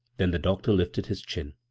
then the doctor lifted his chin.